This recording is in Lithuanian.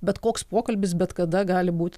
bet koks pokalbis bet kada gali būt